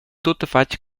tuttafatg